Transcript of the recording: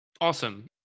Awesome